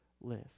live